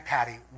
Patty